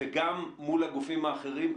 וגם מול הגופים האחרים,